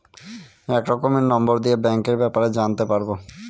এক রকমের নম্বর দিয়ে ব্যাঙ্কের ব্যাপারে জানতে পারবো